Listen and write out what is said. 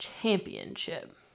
championship